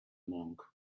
monk